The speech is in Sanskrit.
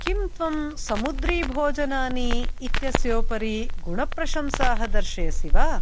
किं त्वं समुद्रीभोजनानि इत्यस्योपरि गुणप्रशंसाः दर्शयसि वा